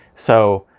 so